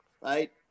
Right